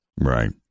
Right